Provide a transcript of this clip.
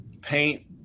paint